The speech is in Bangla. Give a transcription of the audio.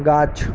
গাছ